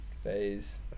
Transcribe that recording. phase